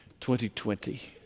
2020